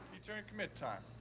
u-turn commit time.